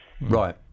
Right